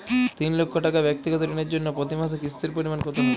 তিন লক্ষ টাকা ব্যাক্তিগত ঋণের জন্য প্রতি মাসে কিস্তির পরিমাণ কত হবে?